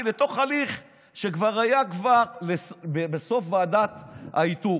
לתוך הליך שכבר היה בסוף ועדת האיתור.